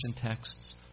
texts